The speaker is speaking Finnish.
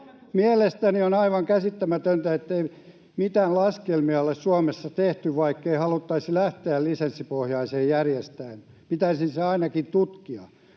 Mielestäni on aivan käsittämätöntä, ettei mitään laskelmia ole Suomessa tehty. Vaikkei haluttaisi lähteä lisenssipohjaiseen järjestelmään, pitäisihän se ainakin tutkia.